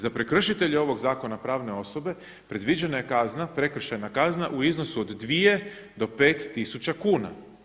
Za prekršitelje ovog zakona, pravne osobe, predviđena je kazna, prekršajna kazna u iznosu od 2.000 – 5.000 kuna.